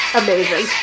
amazing